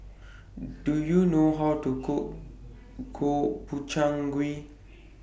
Do YOU know How to Cook Gobchang Gui